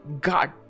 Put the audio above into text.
God